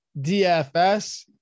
DFS